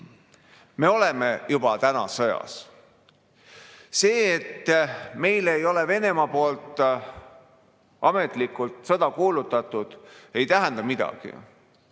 Me oleme juba täna sõjas. See, et Venemaa ei ole meile ametlikult sõda kuulutanud, ei tähenda midagi.